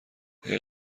اگه